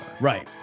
Right